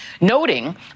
noting